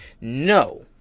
No